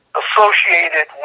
associated